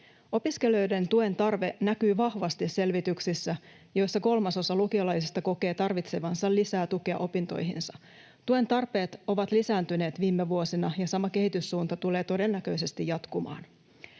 Opiskelijoiden tuen tarve näkyy vahvasti selvityksissä, joissa kolmasosa lukiolaisista kokee tarvitsevansa lisää tukea opintoihinsa. Tuen tarpeet ovat lisääntyneet viime vuosina, ja sama kehityssuunta tulee todennäköisesti jatkumaan.